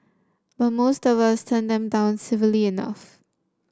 but most of us turn them down civilly enough